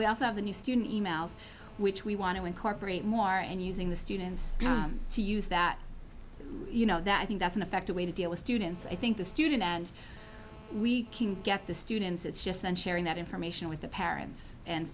we also have a new student e mails which we want to incorporate more and using the students to use that you know that i think that's an effective way to deal with students i think the student and we get the students it's just them sharing that information with the parents and